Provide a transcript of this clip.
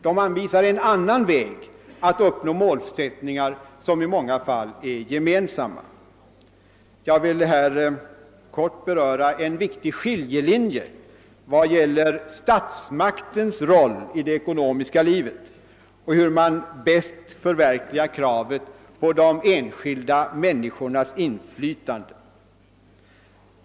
De anvisar en annan väg att uppnå mål som i många fall är gemensamma. Jag vill här kort beröra en viktig skiljelinje vad gäller statsmaktens roll i det ekonomiska livet och hur man bäst skall förverkliga kravet på de enskilda människornas inflytande.